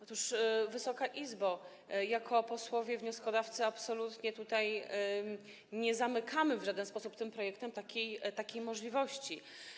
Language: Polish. Otóż, Wysoka Izbo, jako posłowie wnioskodawcy absolutnie nie zamykamy w żaden sposób tym projektem takiej możliwości.